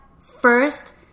first